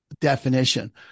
definition